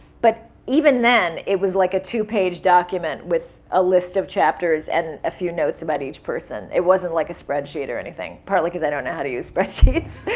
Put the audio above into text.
but even then, it was like a two-page document with a list of chapters and a few notes about each person. it wasn't like a spreadsheet or anything, probably cause i don't know how to use spreadsheets.